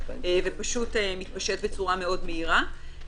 ומתפשט בצורה מאוד מהירה,